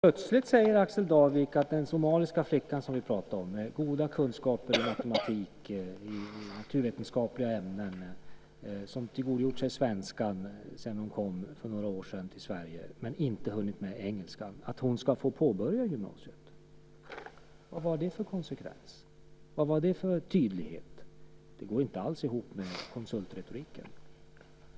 Fru talman! Plötsligt säger Axel Darvik att den somaliska flicka som vi pratade om - som har goda kunskaper i matematik och naturvetenskapliga ämnen, som tillgodogjort sig svenskan sedan hon kom till Sverige för några år sedan men som inte hunnit med engelskan - ska få påbörja gymnasiet. Vad var det för konsekvens? Vad var det för tydlighet? Det går inte alls ihop med konsultretoriken.